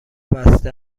بسته